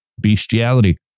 bestiality